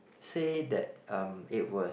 say that um it was